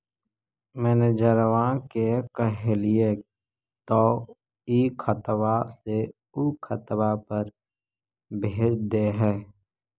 मैनेजरवा के कहलिऐ तौ ई खतवा से ऊ खातवा पर भेज देहै?